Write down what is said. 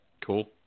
Cool